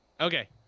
Okay